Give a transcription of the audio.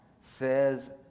says